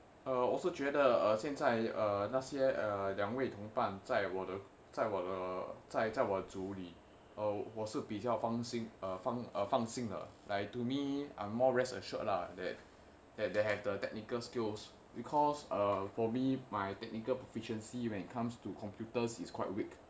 哦我是觉得哦现在那些两位同伴在在我的在我组里哦我是比较放心哦哦放心:o wo shi jue de o xian zai nei xie liang weili tong ban zai zai wo de zai wo zu li o wo shi bipi jiao fang xin o o fang xin like to me I'm more rest assured lah that they have the technical skills because err for me my technical proficiency when it comes to computers is quite weak